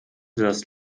das